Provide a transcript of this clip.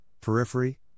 periphery